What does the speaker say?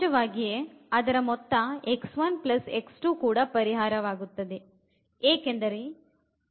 ಸಹಜವಾಗಿಯೇ ಅದರ ಮೊತ್ತ ಕೂಡ ಪರಿಹಾರವಾಗುತ್ತದೆ ಏಕೆಂದರೆ A 0 ಆಗುತ್ತದೆ